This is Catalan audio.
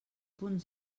punt